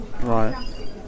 Right